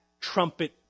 trumpet